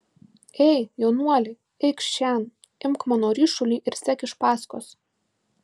ei jaunuoli eikš šen imk mano ryšulį ir sek iš paskos